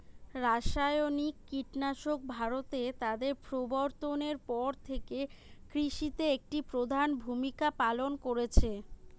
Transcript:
রাসায়নিক কীটনাশক ভারতে তাদের প্রবর্তনের পর থেকে কৃষিতে একটি প্রধান ভূমিকা পালন করেছে